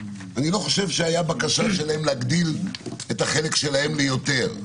אני לא חושב שהבקשה שלהם הייתה להגדיל את החלק שלהם ליותר.